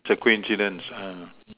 it's a coincidence uh